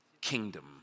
kingdom